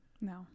No